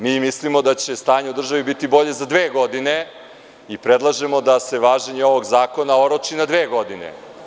Mi mislimo da će stanje u državi biti bolje za dve godine i predlažemo da se važenje ovog zakona oroči na dve godine.